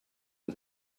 and